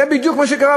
זה בדיוק מה שקרה.